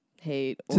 hate